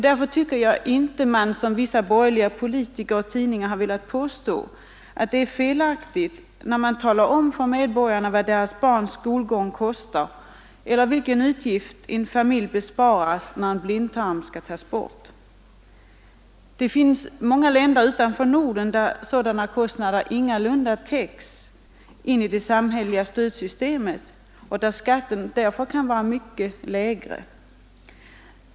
Därför tycker jag det är felaktigt när man som vissa borgerliga politiker och tidningar icke vill tala om för medborgarna vad deras barns skolgång kostar eller vilken utgift en familj besparas när en blindtarm skall tas bort. Det finns länder utanför Norden, där sådana kostnader ingalunda täcks in i det samhälleliga stödsystemet och där skatten därför kan vara betydligt lägre.